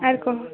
ଆର୍ କହ